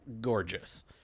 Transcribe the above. gorgeous